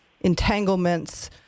entanglements